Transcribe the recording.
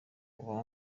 ubamo